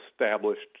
established